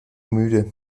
müde